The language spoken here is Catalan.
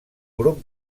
grup